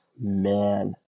Man